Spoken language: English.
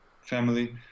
family